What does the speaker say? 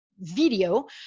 video